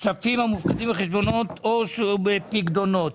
כספים המופקדים בחשבונות עו"ש ובפיקדונות.